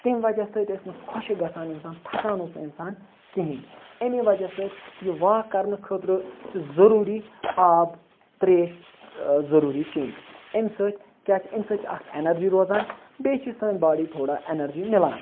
تمہِ وجہ سۭتۍ ٲسۍ نہٕ خۄشِک گژھان اِنسان تھَکان اوس نہٕ اِنسان کِہیٖنۍ ایٚمی وجہ سۭتۍ یہِ واک کَرنہٕ خٲطرٕ چھِ ضٔروٗری آب ترٛیش ضٔروٗری چیٚنۍ امہِ سۭتۍ کیٛاہ چھِ امہِ سۭتۍ چھِ اَکھ اٮ۪نَرجی روزان بیٚیہِ چھِ سٲنۍ باڈی تھوڑا اٮ۪نَرجی مِلان